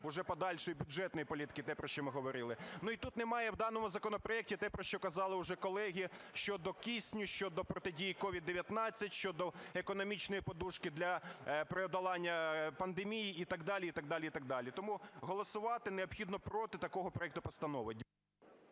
уже подальшої бюджетної політики, те, про що ми говорили. Ну, і тут немає, в даному законопроекті, те, про що казали уже колеги: щодо кисню, щодо протидії CVID-19, щодо економічної подушки для подолання пандемії і так далі, і так далі, і так далі. Тому голосувати необхідно проти такого проекту постанови.